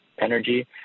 Energy